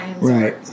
Right